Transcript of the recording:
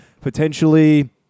potentially